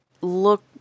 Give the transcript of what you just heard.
look